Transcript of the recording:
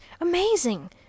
amazing